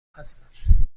هستم